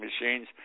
machines